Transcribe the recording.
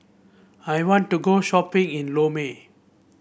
I want to go shopping in Lome